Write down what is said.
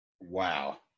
wow